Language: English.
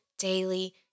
Daily